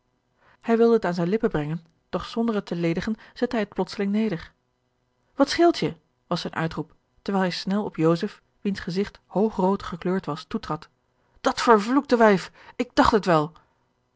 hij wilde het aan zijne lippen brengen doch zonder het te ledigen zette george een ongeluksvogel hij het plotseling neder wat scheelt je was zijn uitroep terwijl hij snel op joseph wiens gezigt hoogrood gekleurd was toetrad dat vervloekte wijf ik dacht het wel